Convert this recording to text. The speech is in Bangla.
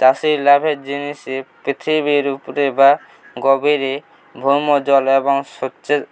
চাষির লাভের জিনে পৃথিবীর উপরের বা গভীরের ভৌম জল এবং সেচের